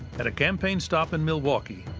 at a campaign stop in milwaukee,